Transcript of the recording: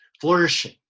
flourishing